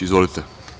Izvolite.